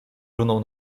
runął